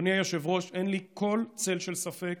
אדוני היושב-ראש, אין לי כל צל של ספק